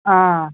অঁ